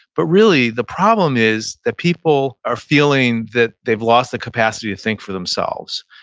but really, the problem is that people are feeling that they've lost the capacity to think for themselves.